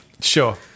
Sure